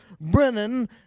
Brennan